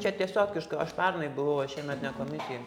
čia tiesiog aš pernai buvau aš šiemet ne komisijoj